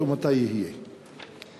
2. מתי יהיה תקציב?